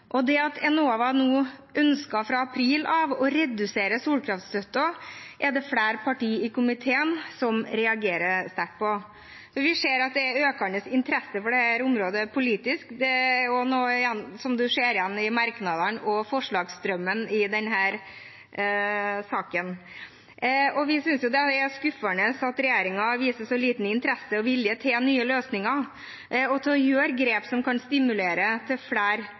Det at Enova nå fra april av ønsker å redusere solkraftstøtten, er det flere parti i komiteen som reagerer sterkt på. Vi ser at det er økende interesse for dette området politisk. Det er også noe man ser igjen i merknadene og forslagsstrømmen i denne saken. Vi synes det er skuffende at regjeringen viser så liten interesse for og vilje til nye løsninger og til å ta grep som kan stimulere til flere